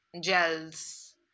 gels